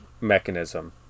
mechanism